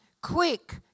Quick